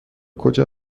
کجا